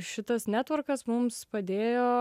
šitas netvorkas mums padėjo